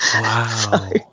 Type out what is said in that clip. Wow